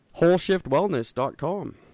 wholeshiftwellness.com